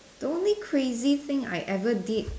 the only crazy thing I ever did